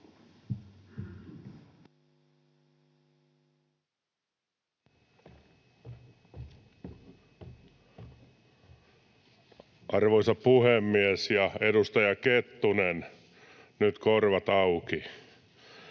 Arvoisa puhemies! Edustaja Kettunen, nyt korvat auki.